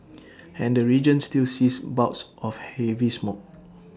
and the region still sees bouts of heavy smog